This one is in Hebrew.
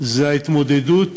ההתמודדות